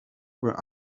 were